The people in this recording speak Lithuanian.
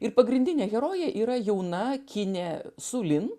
ir pagrindinė herojė yra jauna kinė sulin